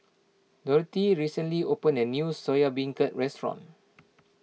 Dorthey recently opened a new Soya Beancurd restaurant